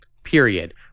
Period